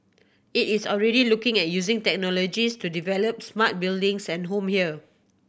it is already looking at using technologies to developing smart buildings and home here